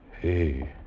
Hey